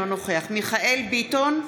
אינו נוכח מיכאל מרדכי ביטון,